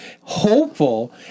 hopeful